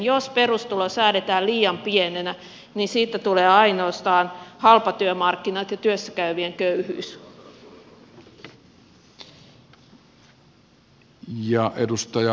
jos perustulo säädetään liian pienenä siitä seuraavat ainoastaan halpatyömarkkinat ja työssä käyvien köyhyys